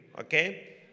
Okay